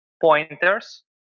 pointers